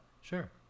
sure